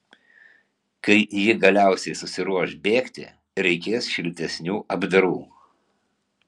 kai ji galiausiai susiruoš bėgti reikės šiltesnių apdarų